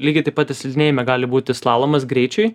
lygiai taip pat ir slidinėjime gali būti slalomas greičiai